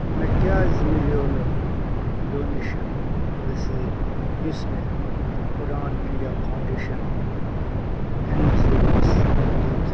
مےٚ کیٛازِ مِلٮ۪و نہٕ ڈونیشن رٔسیٖد یُس مےٚ Udaan India Foundation N G اووَس دِیُت